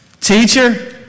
teacher